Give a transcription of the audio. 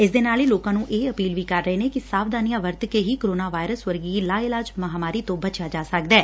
ਇਸ ਦੇ ਨਾਲ ਨਾਲ ਲੋਕਾਂ ਨੂੰ ਇਹ ਵੀ ਅਪੀਲ ਕਰ ਰਹੇ ਨੇ ਕਿ ਸਾਵਧਾਨੀਆਂ ਵਰਤ ਕੇ ਹੀ ਕੋਰੋਨਾ ਵਾਇਰਸ ਵਰਗੀ ਲਾ ਇਲਾਜ ਮਹਾਂਮਾਰੀ ਤੋਂ ਬਚਿਆ ਜਾ ਸਕਦੈ